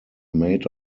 made